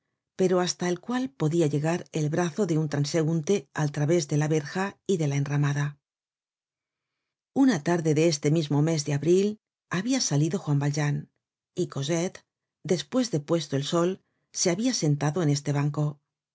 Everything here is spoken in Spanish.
pero hasta el cual podia llegar el brazo de un transeunte al través de la verja y de la enramada una tarde de este mismo mes de abril habia salido juan valjean y cosette despues de puesto el sol se habia sentado en este banco